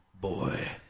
boy